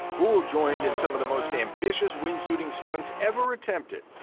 boole joined in some of the most ambitious wingsuiting stunts ever attempted,